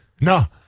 no